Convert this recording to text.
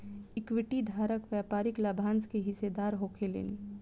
equity धारक व्यापारिक लाभांश के हिस्सेदार होखेलेन